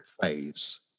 phase